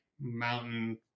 mountain